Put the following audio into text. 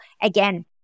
again